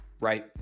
right